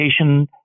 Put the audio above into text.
education